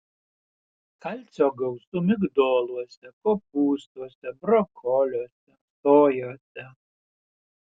kalcio gausu migdoluose kopūstuose brokoliuose sojose